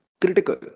critical